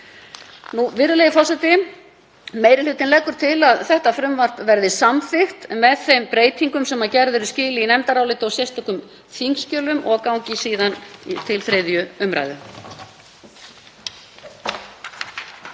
Virðulegi forseti. Meiri hlutinn leggur til að þetta frumvarp verði samþykkt með þeim breytingum sem gerð eru skil í nefndaráliti og sérstökum þingskjölum og gangi síðan til 3. umr.